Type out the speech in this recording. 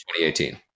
2018